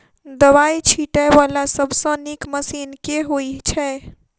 दवाई छीटै वला सबसँ नीक मशीन केँ होइ छै?